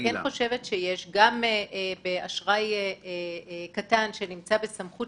אני חושבת שיש גם באשראי קטן שנמצא בסמכות